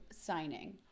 signing